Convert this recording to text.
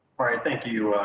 all right, thank you,